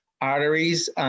arteries